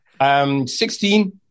16